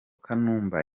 kanumba